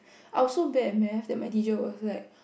I was so bad at maths that my teacher was like